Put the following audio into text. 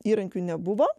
įrankių nebuvo